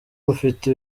bufite